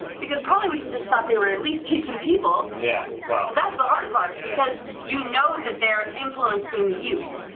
because probably we just thought they were at least to some people. yeah that's the hard part because you know that they're influencing the youth,